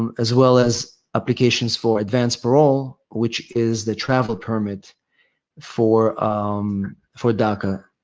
um as well as applications for advanced parole, which is the travel permit for um for daca.